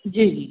जी जी